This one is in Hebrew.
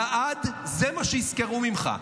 לעד זה מה שיזכרו ממך.